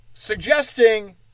suggesting